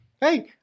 Hey